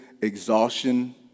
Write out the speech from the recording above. exhaustion